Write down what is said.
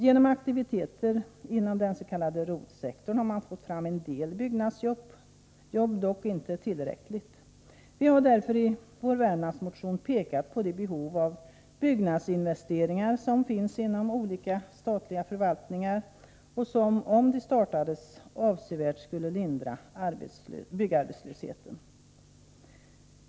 Genom aktiviteter inom den s.k. ROT-sektorn har man fått fram en del byggnadsjobb — dock inte tillräckligt — och vi har i vår Värmlandsmotion pekat på de behov av byggnadsinvesteringar som finns inom olika statliga förvaltningar och som, om de startades, avsevärt skulle lindra byggarbetslösheten.